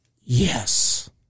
Yes